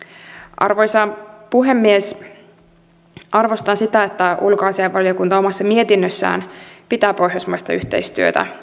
arvoisa puhemies arvostan sitä että ulkoasiainvaliokunta omassa mietinnössään pitää pohjoismaista yhteistyötä